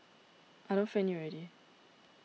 I don't friend you already